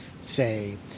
say